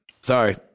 Sorry